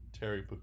Terry